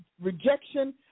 rejection